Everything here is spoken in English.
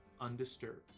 undisturbed